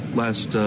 last